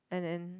and then